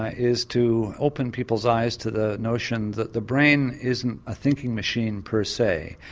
ah is to open people's eyes to the notion that the brain isn't a thinking machine per se,